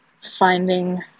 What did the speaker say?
finding